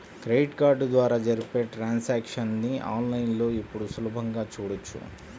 credit card ద్వారా జరిపే transactions ని ఆన్ లైన్ లో ఇప్పుడు సులభంగా చూడొచ్చు